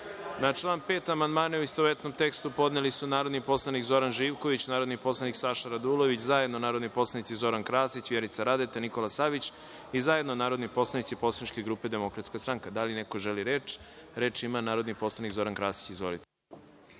član 6. amandmane, u istovetnom tekstu, podneli su narodni poslanik Zoran Živković, narodni poslanik Saša Radulović, zajedno narodni poslanici Zoran Krasić, Vjerica Radeta, Miroslava Stanković Đuričić i zajedno narodni poslanici Poslaničke grupe DS.Da li neko želi reč? (Da)Reč ima narodni poslanik Zoran Krasić. Izvolite.